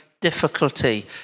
difficulty